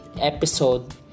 episode